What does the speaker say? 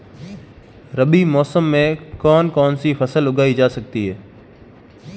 रबी मौसम में कौन कौनसी फसल उगाई जा सकती है?